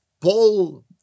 Paul